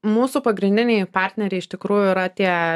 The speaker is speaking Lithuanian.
mūsų pagrindiniai partneriai iš tikrųjų yra tie